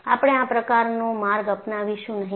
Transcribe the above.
આપણે આ પ્રકારનો માર્ગ અપનાવીશું નહીં